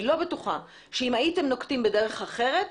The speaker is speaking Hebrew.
אני לא בטוחה שאם הייתם נוקטים בדרך אחרת,